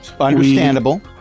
Understandable